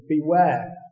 Beware